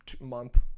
month